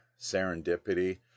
serendipity